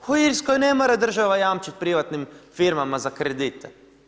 U Irskoj ne mora država jamčiti privatnim firmama za kredite.